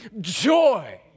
joy